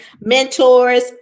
mentors